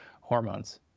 hormones